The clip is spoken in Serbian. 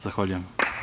Zahvaljujem.